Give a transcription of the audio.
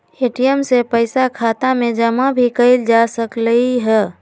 ATM से पइसा खाता में जमा भी कएल जा सकलई ह